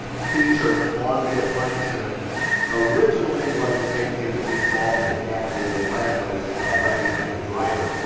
feature on the appliance center originally was the same thing that we saw in the deck over the fireplace right behind the driver.